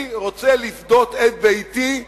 אני רוצה לפדות את ביתי,